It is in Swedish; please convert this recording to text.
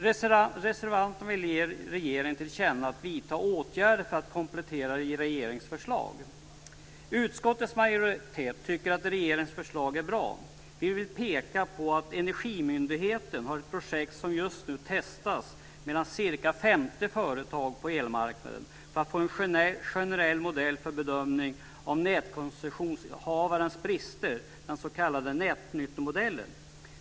Reservanten vill ge regeringen till känna att det ska vidtas åtgärder för att komplettera regeringens förslag. Utskottets majoritet tycker att regeringens förslag är bra. Vi vill peka på att Energimyndigheten har ett projekt som just nu testas av ca 50 företag på elmarknaden för att få en generell modell för bedömning av nätkoncessionshavarens brister, den s.k. nätnyttomodellen.